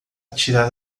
tirar